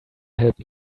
help